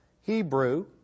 Hebrew